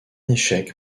échec